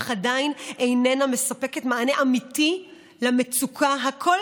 אך עדיין אינה מספקת מענה אמיתי למצוקה הקשה